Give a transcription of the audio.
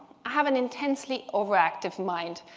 have an intensely overactive mind,